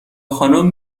خانوم